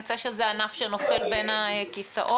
יוצא שזה ענף שנופל בין הכיסאות.